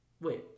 wait